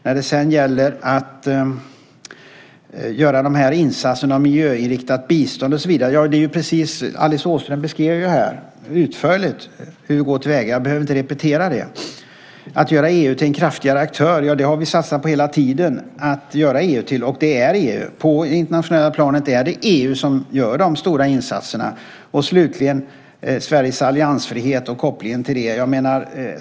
När det sedan gäller att göra insatserna med miljöinriktat bistånd och så vidare beskrev Alice Åström utförligt hur vi går till väga, och jag behöver inte repetera det. Att göra EU till en kraftigare aktör: Ja, vi har hela tiden satsat på det. På det internationella planet är det EU som gör de stora insatserna. Slutligen gällde det Sveriges alliansfrihet och kopplingen till det.